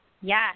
Yes